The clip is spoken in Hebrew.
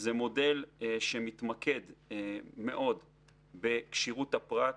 זה מודל שמתמקד בכשירות הפרט.